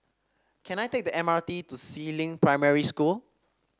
can I take the M R T to Si Ling Primary School